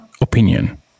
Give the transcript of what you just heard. opinion